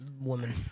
woman